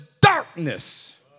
darkness